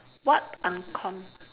what uncom~